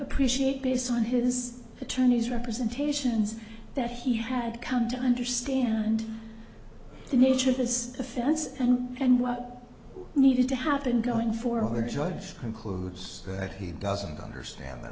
appreciate based on his attorney's representations that he had come to understand the nature of this offense and what needed to happen going forward judge concludes that he doesn't understand that